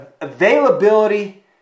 availability